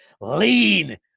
lean